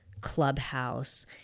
clubhouse